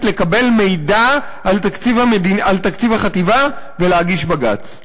לקבל מידע על תקציב החטיבה ולהגיש בג"ץ.